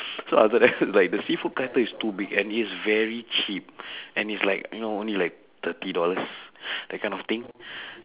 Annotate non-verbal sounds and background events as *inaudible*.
*breath* so after that *laughs* like the seafood platter is too big and is very cheap *breath* and is like you know only thirty dollars *breath* that kind of thing *breath*